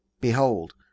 Behold